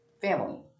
Family